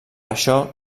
això